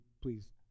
please